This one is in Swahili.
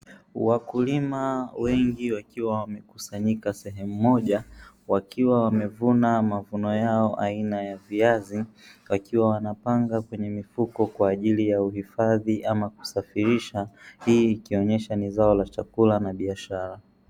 Wakulima wengi wakiwa wamekusanyika sehemu moja wakiwa wamevuna mavuno yao aina ya viazi wakiwa wanapanga kwenye mifuko kwa ajili ya uhifadhi ama kusafirisha, hii ikionyesha ni zao la chakula na biashara.